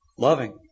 Loving